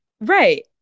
right